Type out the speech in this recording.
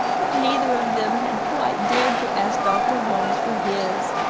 but neither of them had quite dared to ask doctor holmes for his.